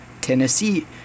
Tennessee